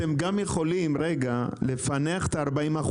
אתם יכולים גם לפענח את ה-40%,